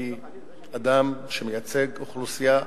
אני אדם שמייצג אוכלוסייה,